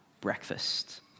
breakfast